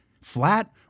flat